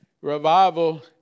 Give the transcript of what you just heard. Revival